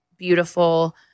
beautiful